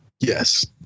Yes